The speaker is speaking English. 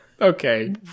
Okay